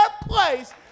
place